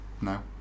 No